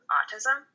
Autism